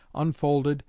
unfolded,